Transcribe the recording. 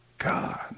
God